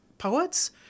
poets